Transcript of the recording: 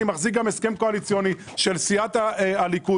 אני מחזיק גם הסכם קואליציוני של סיעת הליכוד